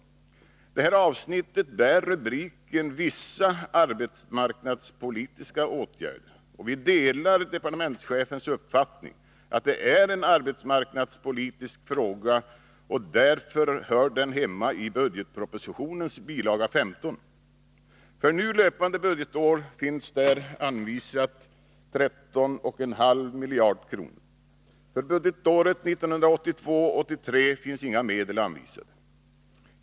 Det här avsnittet bär rubriken ”Vissa arbetsmarknadspolitiska åtgärder”. Vi delar departementschefens uppfattning att det är en arbetsmarknadspolitisk fråga och att den därför hör hemma i budgetpropositionens bil. 15. För nu löpande budgetår finns där anvisat 13 500 000 kr. För budgetåret 1982/83 finns inga medel anvisade.